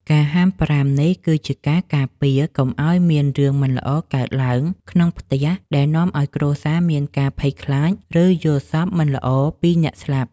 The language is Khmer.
ការហាមប្រាមនេះ គឺ ជាការការពារកុំឱ្យមានរឿងមិនល្អកើតឡើងក្នុងផ្ទះដែលនាំឱ្យគ្រួសារមានការភ័យខ្លាច ឬយល់សប្តិមិនល្អពីអ្នកស្លាប់។